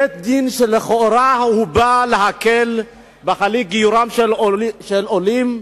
בית-דין שלכאורה בא להקל בהליך, בגיורם של עולים,